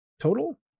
total